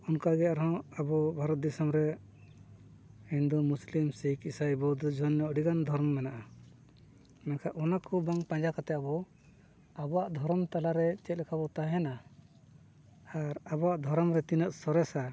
ᱚᱱᱠᱟ ᱜᱮ ᱟᱨᱦᱚᱸ ᱟᱵᱚ ᱵᱷᱟᱨᱚᱛ ᱫᱤᱥᱚᱢ ᱨᱮ ᱦᱤᱱᱫᱩ ᱢᱩᱥᱞᱤᱢ ᱥᱤᱠᱷ ᱤᱥᱟᱭ ᱵᱳᱫᱽᱫᱷᱚ ᱡᱚᱭᱱᱚ ᱟᱹᱰᱤ ᱜᱟᱱ ᱫᱷᱚᱨᱚᱢ ᱢᱮᱱᱟᱜᱼᱟ ᱢᱮᱱᱠᱷᱟᱱ ᱚᱱᱟ ᱠᱚ ᱵᱟᱝ ᱯᱟᱸᱡᱟ ᱠᱟᱛᱮ ᱟᱵᱚ ᱟᱵᱚᱣᱟᱜ ᱫᱷᱚᱨᱚᱢ ᱛᱟᱞᱟᱨᱮ ᱪᱮᱫ ᱞᱮᱠᱟ ᱵᱚᱱ ᱛᱟᱦᱮᱱᱟ ᱟᱨ ᱟᱵᱚᱣᱟᱜ ᱫᱷᱚᱨᱚᱢ ᱨᱮ ᱛᱤᱱᱟᱹᱜ ᱥᱚᱨᱮᱥᱟ